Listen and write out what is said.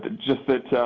but just that